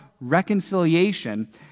reconciliation